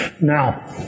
Now